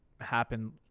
happen